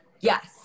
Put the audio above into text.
yes